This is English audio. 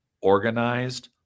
organized